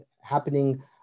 happening